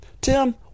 tim